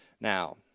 Now